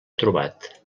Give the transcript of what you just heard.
trobat